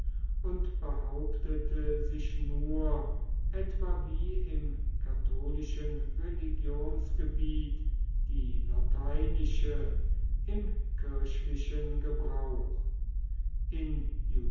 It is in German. und behauptete sich nur etwa wie im katholischen religionsgebiet die lateinische im kirchlichen gebrauch in